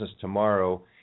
tomorrow